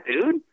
dude